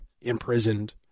imprisoned